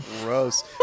gross